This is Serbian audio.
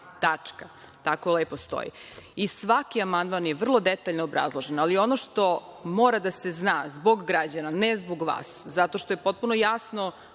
pisana. Tako lepo stoji. I svaki amandman je vrlo detaljno obrazložen. Ono što mora da se zna, zbog građana, ne zbog vas, zato što je potpuno jasno